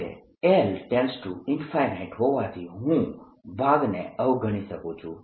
હવે L→∞ હોવાથી હું આ ભાગને અવગણી શકું છું